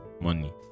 money